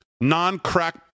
non-crack